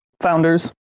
founders